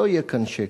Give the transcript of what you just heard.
לא יהיה כאן שקט.